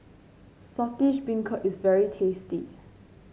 Saltish Beancurd is very tasty